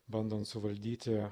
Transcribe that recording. bandant suvaldyti